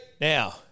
Now